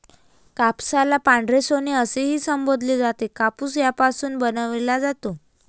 कापसाला पांढरे सोने असेही संबोधले जाते, कापूस यापासून बनवला जातो